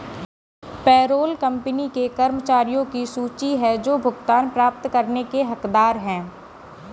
payroll company के कर्मचारियों की सूची है जो भुगतान प्राप्त करने के हकदार हैं